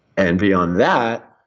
and beyond that,